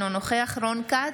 אינו נוכח רון כץ,